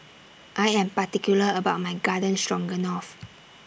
I Am particular about My Garden Stroganoff